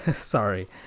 Sorry